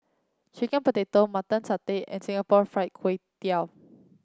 Chicken Pocket Mutton Satay and Singapore Fried Kway Tiao